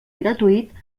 gratuït